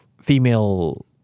female